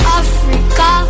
africa